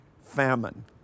famine